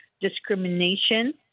discrimination